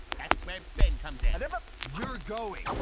that's where ben comes in. and but you're going!